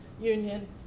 Union